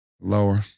Lower